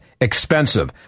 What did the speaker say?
Expensive